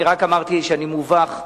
אני רק אמרתי שאני מובך.